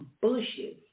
bushes